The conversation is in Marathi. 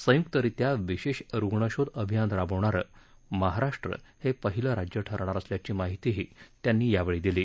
संयुक्तरित्या विशेष रुग्णशोध अभियान राबवणारं महाराष्ट्र हे पहिलं राज्य ठरणार असल्याची माहितीही त्यांनी यावेळी दिली